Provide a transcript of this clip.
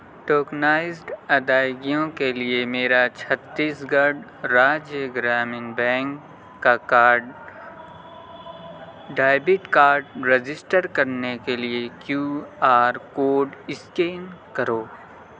tokenized ادائیگیوں کے لیے میرا چھتیس گڑھ راجیہ گرامین بینک کا کارڈ ڈیبٹ کارڈ رجسٹر کرنے کے لیے کیو آر کوڈ اسکین کرو